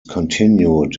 continued